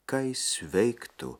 ką jis veiktų